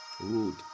road